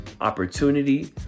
opportunity